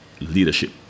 leadership